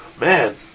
Man